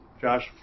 Josh